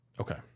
okay